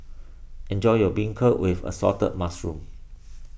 enjoy your Beancurd with Assorted Mushrooms